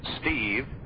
Steve